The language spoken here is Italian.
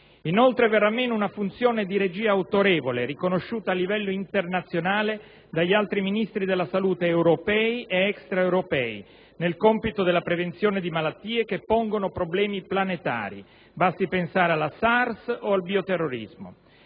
Inoltre, verrà meno una funzione di regia autorevole, riconosciuta a livello internazionale dagli altri ministri della salute europei ed extraeuropei, nel compito della prevenzione di malattie che pongono problemi planetari, basti pensare alla SARS o al bioterrorismo.